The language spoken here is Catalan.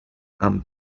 amb